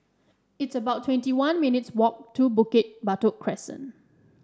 it's about twenty one minutes' walk to Bukit Batok Crescent